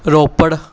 Ropar